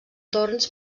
torns